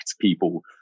people